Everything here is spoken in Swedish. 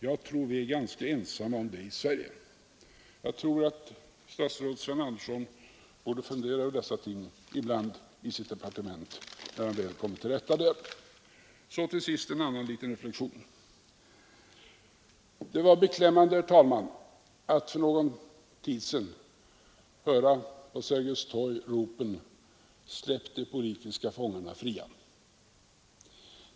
Jag tror vi är ganska ensamma om det i Sverige.” Jag tror att statsrådet Sven Andersson ibland borde fundera över dessa ting i sitt departement när han väl funnit sig till rätta där. Allra sist en annan reflexion. Det var beklämmande, herr talman, att för någon tid sedan på Sergels torg höra ropen ”Släpp de politiska fångarna fria”.